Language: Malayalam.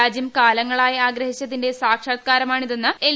രാജ്യം കാലങ്ങളായി ആഗ്രഹിച്ചിരുന്നതിന്റെ സാക്ഷാൽക്കാരമാണിതെന്ന് എൽ